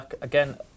Again